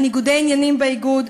על ניגודי עניינים באיגוד.